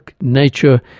nature